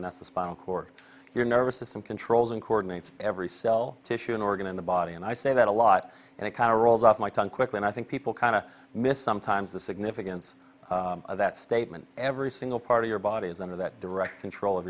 the spinal cord your nervous system controls and coordinates every cell tissue and organ in the body and i say that a lot and it carol's off my tongue quickly and i think people kind of miss sometimes the significance of that statement every single part of your body is under that direct control of